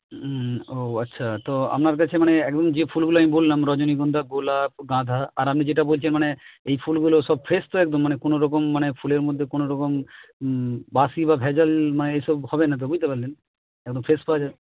হুম ও আচ্ছা তো আপনার কাছে মানে এখন যে ফুলগুলো আমি বললাম রজনীগন্ধা গোলাপ গাঁধা আর আপনি যেটা বলছেন মানে এই ফুলগুলো সব ফ্রেশ তো একদম মানে কোনো রকম মানে ফুলের মধ্যে কোনো রকম বাসি বা ভ্যাজাল মানে এই সব হবে না তো বুঝতে পারলেন একদম ফ্রেশ পাওয়া